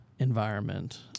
Environment